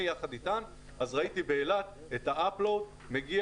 יחד אתן ושם ראיתי את ה-אפלוד מגיע,